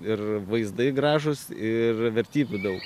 ir vaizdai gražūs ir vertybių daug